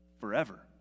Forever